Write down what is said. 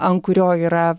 ant kurio yra